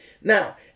Now